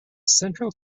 central